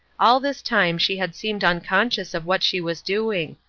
all this time she had seemed unconscious of what she was doing,